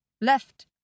left